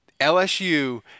LSU